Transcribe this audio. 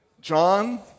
John